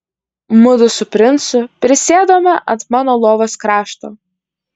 mudu su princu prisėdome ant mano lovos krašto